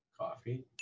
Coffee